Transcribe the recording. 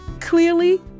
clearly